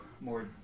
more